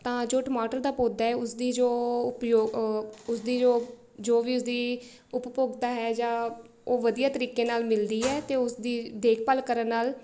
ਤਾਂ ਜੋ ਟਮਾਟਰ ਦਾ ਪੌਦਾ ਹੈ ਉਸਦੀ ਜੋ ਉਪਯੋਗ ਉਸਦੀ ਜੋ ਜੋ ਵੀ ਉਸਦੀ ਉਪਭੋਗਤਾ ਹੈ ਜਾਂ ਉਹ ਵਧੀਆ ਤਰੀਕੇ ਨਾਲ ਮਿਲਦੀ ਹੈ ਤਾਂ ਉਸਦੀ ਦੇਖਭਾਲ ਕਰਨ ਨਾਲ